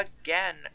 again